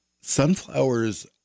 sunflowers